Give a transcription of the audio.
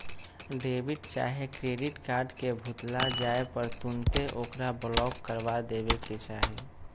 debit चाहे credit card के भुतला जाय पर तुन्ते ओकरा ब्लॉक करबा देबेके चाहि